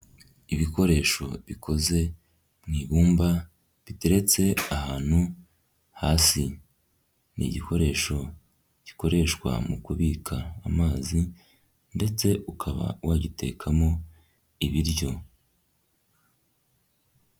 Ibikoresho bikoze mu ibumba biteretse ahantu hasi. Ni igikoresho gikoreshwa mu kubika amazi ndetse ukaba wagitekamo ibiryo.